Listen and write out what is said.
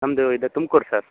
ನಮ್ಮದು ಇದು ತುಮಕೂರು ಸರ್